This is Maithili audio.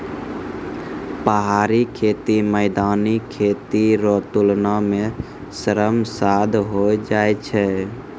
पहाड़ी खेती मैदानी खेती रो तुलना मे श्रम साध होय जाय छै